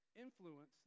influence